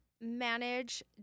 manage